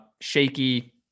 shaky